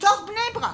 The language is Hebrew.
מתוך בני ברק.